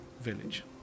village